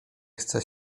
chce